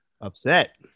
Upset